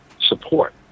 support